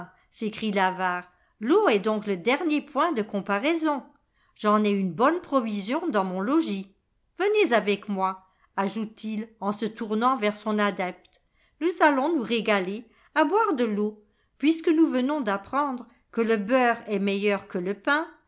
s'écrie l'avare l'eau est donc le dernier point de comparaison j'en ai une bonne provision dans mon logis venez avec moi ajoute-t-il en se tournant vers son adepte nous allons nous régaler à boire de l'eau puisque nous venons d'apprendre que le beurre est meilleur que le pain